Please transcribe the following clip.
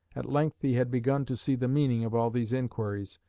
at length he had begun to see the meaning of all these inquiries,